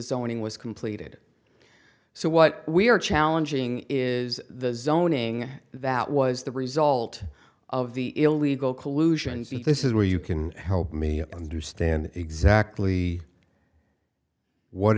zoning was completed so what we're challenging is the zoning that was the result of the illegal collusion this is where you can help me understand exactly what